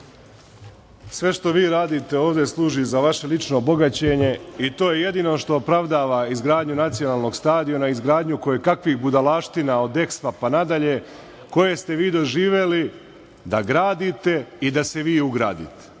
Sve što vi radite ovde služi za vaše lično bogaćenje i to je jedino što opravdava izgradnju nacionalnog stadiona, izgradnju koje kakvih budalaština od EKSPO-a pa nadalje koje ste vi doživeli da gradite i da se vi ugradite.